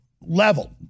level